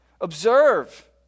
observe